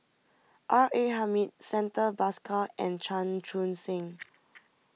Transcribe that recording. R A Hamid Santha Bhaskar and Chan Chun Sing